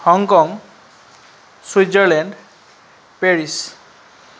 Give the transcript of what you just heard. Hong Kong Switzerland Paris